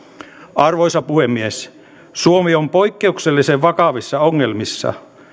arvoisa puhemies suomi on poikkeuksellisen vakavissa ongelmissa